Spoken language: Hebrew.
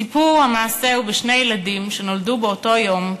סיפור המעשה הוא בשני ילדים שנולדו באותו יום,